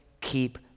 keep